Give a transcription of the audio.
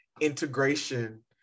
integration